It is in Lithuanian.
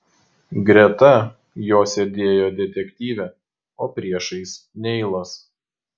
greta jo sėdėjo detektyvė o priešais neilas